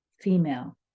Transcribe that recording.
female